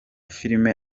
filime